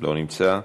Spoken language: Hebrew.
לא נמצא,